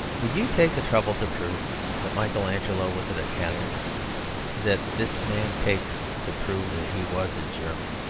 would you take the trouble to prove that michael angelo was an italian that this man takes to prove that he was a german?